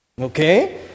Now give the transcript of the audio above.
Okay